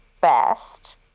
best